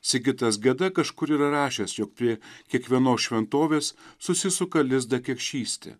sigitas geda kažkur yra rašęs jog prie kiekvienos šventovės susisuka lizdą kekšystė